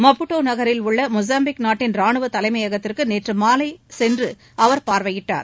Maputo நகரில் உள்ள Mozambique நாட்டின் ராணுவ தலைமையகத்திற்கு நேற்று மாலை கென்று அவர் பார்வையிட்டார்